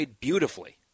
beautifully